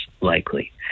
likely